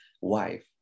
wife